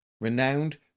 Renowned